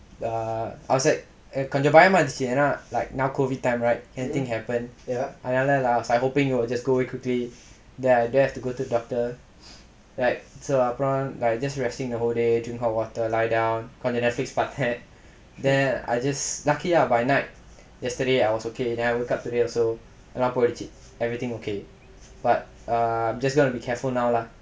err outside கொஞ்ச பயமா இந்துச்சு ஏனா:konja bayamaa inthuchu yaenaa like now COVID time right anything happen அதுனால:athunaala I was hoping it will just go away quickly then I don't have to go to the doctor like so அப்றம்:apram like just relaxing the whole day drink hot water lie down கொஞ்ச:konja netflix பாத்தேன்:paathaen then I just lucky lah by night yesterday I was okay then I woke up today also எல்லாம் போயிடுச்சு:ellaam poyiduchu everything okay but err just going to be careful now lah